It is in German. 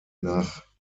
nach